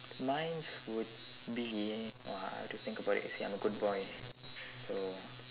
mine's would be !wah! I have to think about it see I'm a good boy so